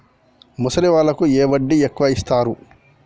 ముసలి వాళ్ళకు ఏ వడ్డీ ఎక్కువ ఇస్తారు?